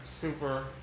super